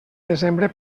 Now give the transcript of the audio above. desembre